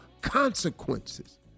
consequences